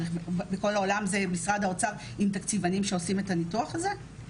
בכל העולם זה משרד האוצר עם תקציבנים שעושים את הניתוח הזה,